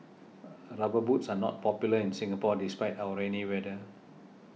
boots are not popular in Singapore despite our rainy weather